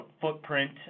footprint